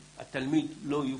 התלמיד לא יופלה.